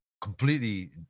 completely